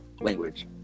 language